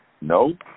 No